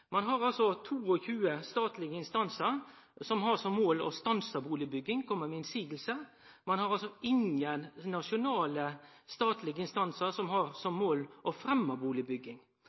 Ein har 22 statlege instansar, som har som mål å stanse bustadbygging og komme med innseiing. Ein har ingen nasjonale, statlege instansar som har som mål å